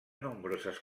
nombroses